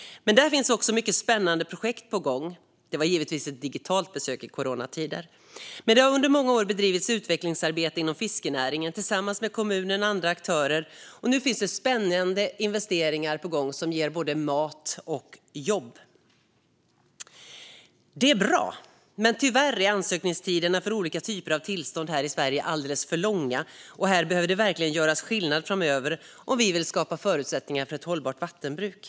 Men där finns många spännande projekt på gång. Det var givetvis ett digitalt besök i coronatider. Där har det under många år bedrivits utvecklingsarbete inom fiskenäringen tillsammans med kommunen och andra aktörer, och nu är spännande investeringar på gång som ger både mat och jobb. Det är bra. Tyvärr är ansökningstiderna för olika typer av tillstånd här i Sverige alldeles för långa. Här behöver det verkligen göras skillnad framöver om vi vill skapa förutsättningar för ett hållbart vattenbruk.